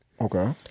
Okay